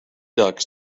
ducks